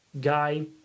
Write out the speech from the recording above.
guy